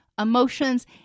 emotions